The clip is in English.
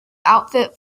outfit